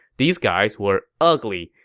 these guys were ugly,